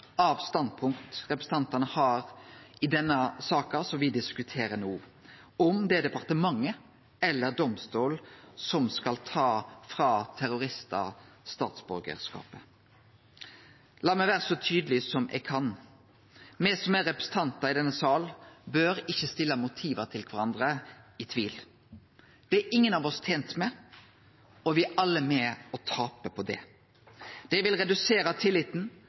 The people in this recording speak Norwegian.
standpunktet representantane har i den saka me diskuterer no, om det er departementet eller domstolen som skal ta frå terroristar statsborgarskapet. Lat meg vere så tydeleg eg kan: Me som er representantar i denne salen, bør ikkje dra motiva til kvarandre i tvil. Det er ingen av oss tente med, og me er alle med på å tape på det. Det vil redusere tilliten